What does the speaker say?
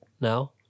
now